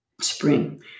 spring